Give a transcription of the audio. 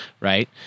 Right